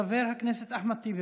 חבר הכנסת אחמד טיבי,